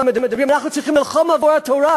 מדברים: אנחנו צריכים ללחום עבור התורה,